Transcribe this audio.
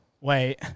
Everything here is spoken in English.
wait